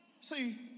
See